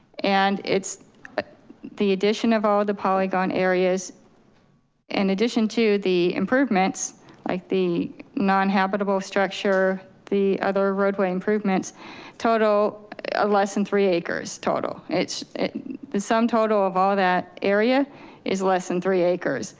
and it's the addition of all the polygon areas in addition to the improvements like the non-habitable structure, the other roadway improvements total ah less than and three acres total, it's the sum total of all that area is less than three acres.